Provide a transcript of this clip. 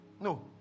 No